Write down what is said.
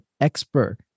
expert